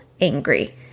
angry